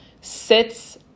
sits